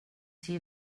see